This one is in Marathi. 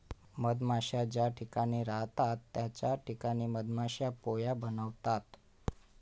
मधमाश्या ज्या ठिकाणी राहतात त्याच ठिकाणी मधमाश्या पोळ्या बनवतात